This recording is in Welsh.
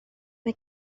mae